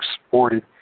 exported